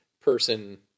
person